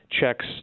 Checks